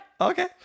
Okay